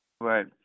Right